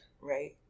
Right